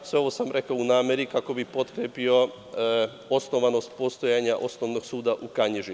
Sve ovo sam rekao u nameri kako bih potkrepio osnovanost postojanja osnovnog suda u Kanjiži.